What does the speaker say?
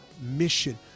mission